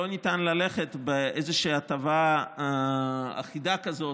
לא ניתן ללכת עם איזושהי הטבה אחידה כזאת,